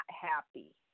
happy